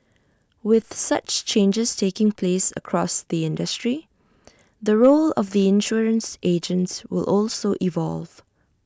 with such changes taking place across the industry the role of the insurance agents will also evolve